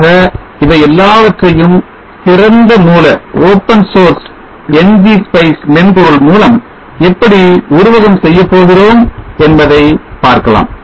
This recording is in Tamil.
ஆக இவை எல்லாவற்றையும் திறந்த மூல Ngspice மென்பொருள் மூலம் எப்படி உருவகம் செய்யப் போகிறோம் என்பதை பார்க்கலாம்